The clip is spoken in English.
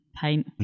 paint